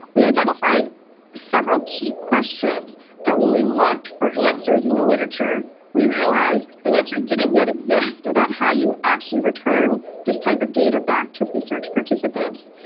we identify several key questions that when we looked for answers in the literature we realised the answers didn't yet exist about how you actually return this type of data back to research participants.